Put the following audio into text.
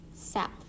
south